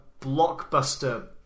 blockbuster